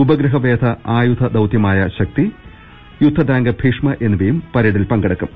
ഉപഗ്രഹവേധ ആയുധദൌത്യമായ ശക്തി യുദ്ധടാങ്ക് ഭീഷ്മ എന്നി വയും പരേഡിൽ പങ്കെടുക്കും